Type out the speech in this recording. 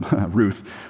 Ruth